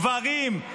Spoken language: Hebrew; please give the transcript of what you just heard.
גברים,